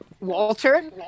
Walter